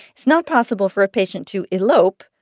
it's not possible for a patient to elope,